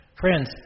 Friends